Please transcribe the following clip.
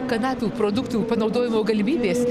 kanapių produktų panaudojimo galimybės